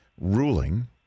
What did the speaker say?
ruling